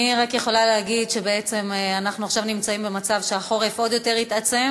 אני רק יכולה להגיד שאנחנו נמצאים עכשיו במצב שהחורף יתעצם